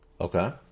Okay